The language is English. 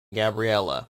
gabriella